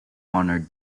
honored